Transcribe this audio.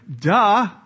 Duh